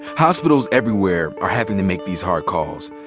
hospitals everywhere are having to make these hard calls,